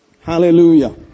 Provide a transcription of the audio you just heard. Hallelujah